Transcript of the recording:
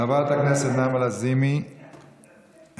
חברת הכנסת נעמה לזימי, איננה.